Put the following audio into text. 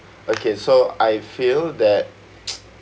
okay so I feel that